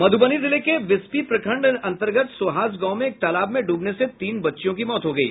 मधुबनी जिले के विस्फी प्रखंड अंतर्गत सोहास गांव में एक तालाब में डूबने से तीन बच्चियों की मौत हो गयी